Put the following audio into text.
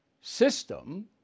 system